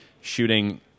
shooting